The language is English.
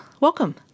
Welcome